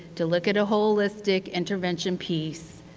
to look at a holistic intervention piece?